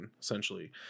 essentially